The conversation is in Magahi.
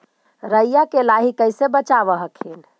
राईया के लाहि कैसे बचाब हखिन?